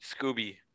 Scooby